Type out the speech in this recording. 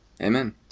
Amen